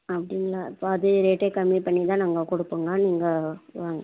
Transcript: ஆ அப்படிங்களா அப்போ அதே ரேட்டே கம்மி பண்ணிதான் நாங்கள் கொடுப்போங்க நீங்கள் வாங்க